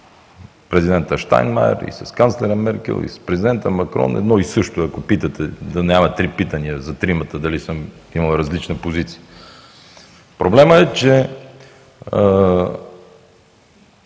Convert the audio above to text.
с президента Щайнмайер, и с канцлера Меркел, и с президента Макрон – едно и също е, ако питате, да няма три питания за тримата дали съм имал различна позиция. Проблемът е, че